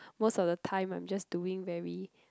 most of the time I'm just doing very